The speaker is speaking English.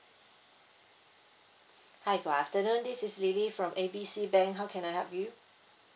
hi good afternoon this is lily from A B C bank how can I help you